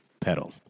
pedal